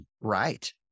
Right